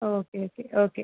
okay okay okay